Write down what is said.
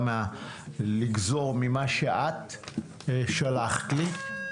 גם לגזור ממה שאת שלחת לי.